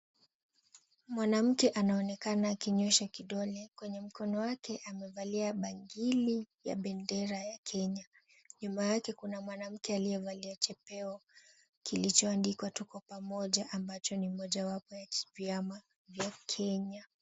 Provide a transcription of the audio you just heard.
Mwanamke anaonekana akinyosha kidogo, kwenye mkono wake amevalia bangili ya bendera ya Kenya. Nyumba yake kuna mwanamke aliyevalia chepeo kilichoandikwa tuko pamoja ambacho ni mojawapo ya hisia ya Kenya.